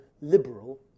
liberal